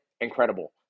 incredible